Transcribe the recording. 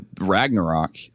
Ragnarok